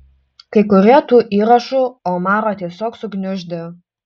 kai kurie tų įrašų omarą tiesiog sugniuždė